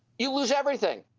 you lose everything.